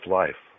life